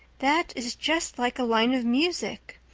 that is just like a line of music.